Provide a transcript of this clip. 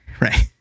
Right